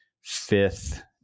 fifth